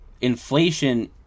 Inflation